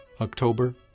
October